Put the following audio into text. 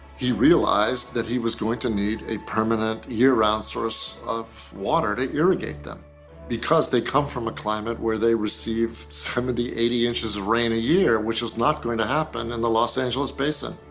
he realized that he was going to need a permanent year-round source of water to irrigate them because they come from a climate where they received seventy eighty inches of rain a year, which is not going to happen in the los angeles basin.